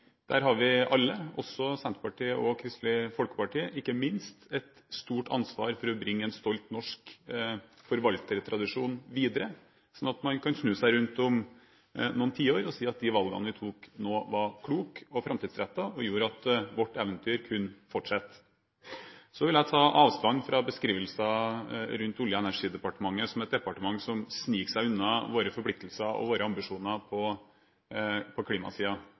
Der har vi alle, også Senterpartiet og Kristelig Folkeparti, ikke minst, et stort ansvar for å bringe en stolt norsk forvaltertradisjon videre, sånn at man kan snu seg rundt om noen tiår og si at de valgene vi tok nå, var kloke og framtidsrettede og gjorde at vårt eventyr kunne fortsette. Så vil jeg ta avstand fra beskrivelsen av Olje-